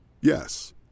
Yes